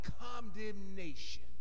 condemnation